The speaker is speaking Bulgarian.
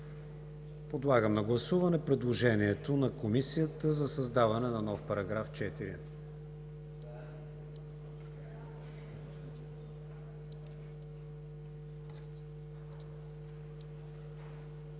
Подлагам на гласуване предложението на Комисията за създаване на нов § 5.